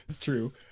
True